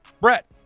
Brett